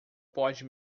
pode